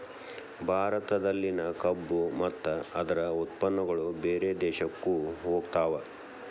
ಭಾರತದಲ್ಲಿನ ಕಬ್ಬು ಮತ್ತ ಅದ್ರ ಉತ್ಪನ್ನಗಳು ಬೇರೆ ದೇಶಕ್ಕು ಹೊಗತಾವ